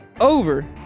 over